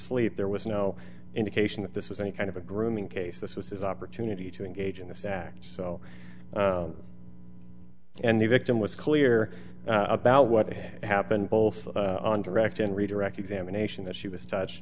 sleep there was no indication that this was any kind of a grooming case this was his opportunity to engage in this act so and the victim was clear about what had happened both on direct and redirect examination that she was touch